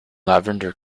lavender